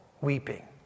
weeping